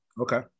Okay